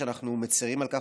אנחנו מצירים על כך,